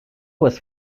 was